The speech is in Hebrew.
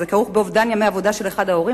זה כרוך באובדן ימי עבודה של אחד ההורים,